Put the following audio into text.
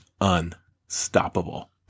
Unstoppable